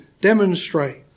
demonstrate